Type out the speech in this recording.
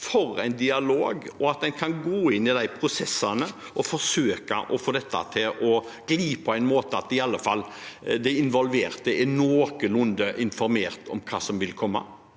for en dialog, og at en kan gå inn i de prosessene og forsøke å få dette til å gli på en måte som gjør at de involverte iallfall er noenlunde informert om hva som vil komme?